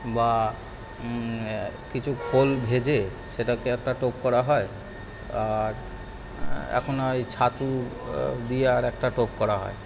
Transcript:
বা কিছু খোল ভেজে সেটাকে একটা টোপ করা হয় আর এখন ওই ছাতু দিয়ে আরেকটা টোপ করা হয়